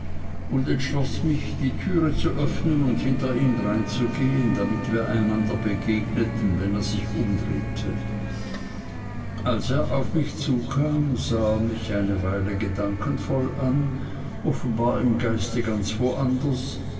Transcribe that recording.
und entschloß mich die türe zu öffnen und hinter ihm dreinzugehen damit wir einander begegneten wenn er sich umdrehte als er auf mich zukam sah er mich eine weile gedankenvoll an offenbar im geiste ganz